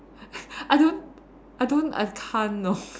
I don't I don't I can't no